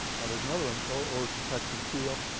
now there's another one, o o to touch and feel.